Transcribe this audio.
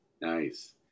Nice